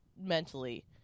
mentally